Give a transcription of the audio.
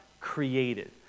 created